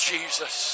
Jesus